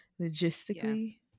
logistically